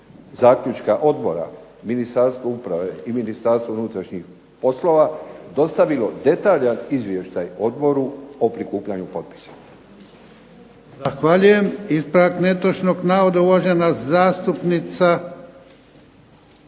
zaključka odbora Ministarstvo uprave i Ministarstvo unutrašnjih poslova dostavilo detaljan izvještaj odboru o prikupljanju potpisa. **Jarnjak, Ivan (HDZ)** Zahvaljujem. Ispravak netočnog navoda uvažena zastupnica